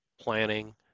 planning